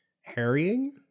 Harrying